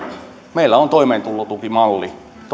meillä on toimeentulotukimalli